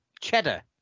Cheddar